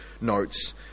notes